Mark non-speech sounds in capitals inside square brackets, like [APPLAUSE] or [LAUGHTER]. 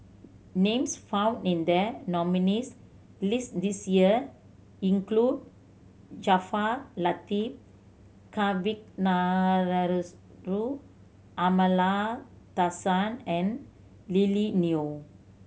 names found in the nominees' list this year include Jaafar Latiff [UNINTELLIGIBLE] Amallathasan and Lily Neo